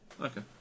okay